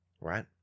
right